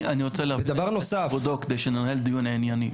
אני רוצה להבין, כבודו, כדי שננהל דיון ענייני.